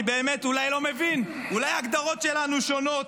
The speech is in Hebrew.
אולי באמת אני לא מבין, אולי ההגדרות שלנו שונות.